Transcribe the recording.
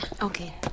Okay